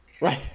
Right